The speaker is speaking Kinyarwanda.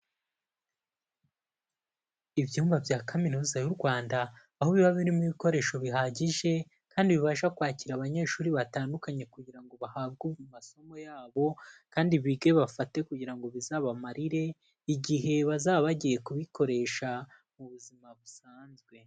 Ibyumba bya Kaminuza y'u Rwanda, aho biba birimo ibikoresho bihagije kandi bibasha kwakira abanyeshuri batandukanye kugira ngo bahabwe amasomo yabo kandi bige bafate kugira ngo bizabamarire igihe bazaba bagiye kubikoresha mu buzima busanzwe.